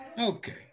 Okay